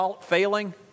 failing